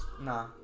Nah